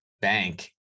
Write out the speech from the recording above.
bank